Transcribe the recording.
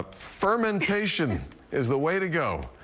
fermentation is the way to go.